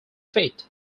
feet